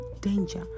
danger